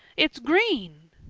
it's green!